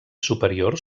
superior